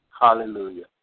Hallelujah